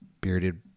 bearded